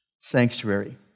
sanctuary